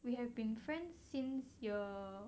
we have been friends since year